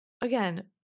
again